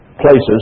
places